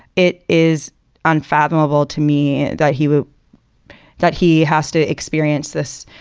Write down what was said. it is unfathomable to me that he will that he has to experience this